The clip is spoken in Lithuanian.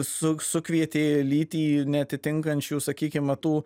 suk sukvietė lytį neatitinkančių sakykim va tų